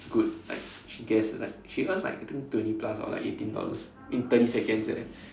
good like she guessed like she earned like I think twenty plus or like eighteen dollars in thirty seconds eh